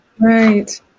right